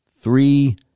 three